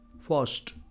first